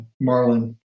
Marlin